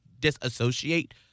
disassociate